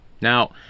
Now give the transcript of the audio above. Now